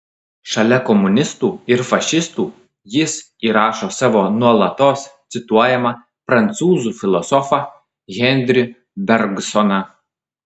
šalia komunistų ir fašistų jis įrašo savo nuolatos cituojamą prancūzų filosofą henri bergsoną